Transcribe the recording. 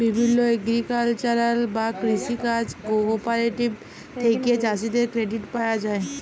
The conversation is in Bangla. বিভিল্য এগ্রিকালচারাল বা কৃষি কাজ কোঅপারেটিভ থেক্যে চাষীদের ক্রেডিট পায়া যায়